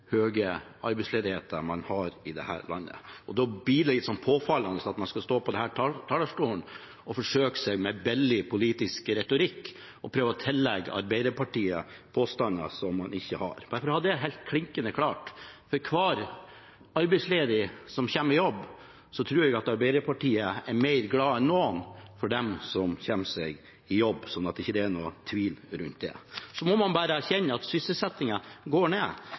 man har i dette landet. Da blir det litt påfallende at man skal stå på denne talerstolen og forsøke seg med billig politisk retorikk og prøver å tillegge Arbeiderpartiet standpunkt som vi ikke har. Bare for å ha det helt klinkende klart: For hver arbeidsledige som kommer i jobb, tror jeg at Arbeiderpartiet er mer glad enn noen andre. Sånn at det ikke er noe tvil rundt det. Man må bare erkjenne at sysselsettingen går ned.